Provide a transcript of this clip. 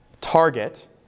target